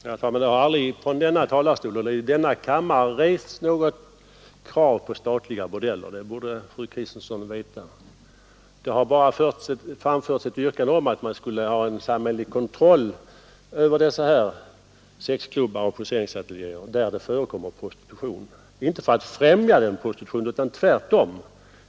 Herr talman! Det har aldrig från denna talarstol eller i denna kammare rests något krav på statliga bordeller. Det borde fru Kristensson veta. Det har bara framförts ett yrkande om att vi skulle ha samhällelig kontroll över sexklubbar och poseringsateljéer, där det förekommer prostitution inte för att främja prostitutionen utan tvärtom.